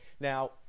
Now